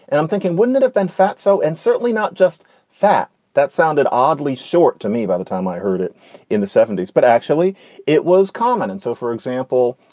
and i'm thinking, wouldn't it have been fat? so and certainly not just fat. that sounded oddly short to me by the time i heard it in the seventy s, but actually it was common. and so, for example,